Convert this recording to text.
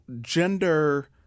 gender